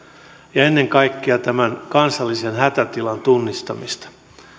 ja ennen kaikkea tämän kansallisen hätätilan tunnistamista